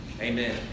Amen